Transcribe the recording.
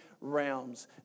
realms